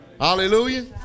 Hallelujah